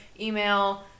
email